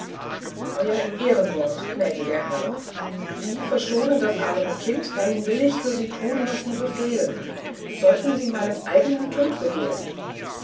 ihr ehrenwort gnädiger herr sie verschonen das arme kind dann will ich für sie tun was sie befehlen und sollten sie meinen eigenen tod begehren